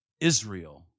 Israel